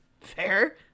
Fair